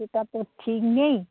সেটা তো ঠিক নেই